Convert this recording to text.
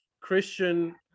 Christian